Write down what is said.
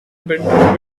bedroom